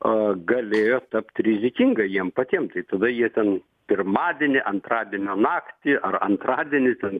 a galėjo tapti rizikinga jiem patiem tai tada jie ten pirmadienį antradienio naktį ar antradienį ten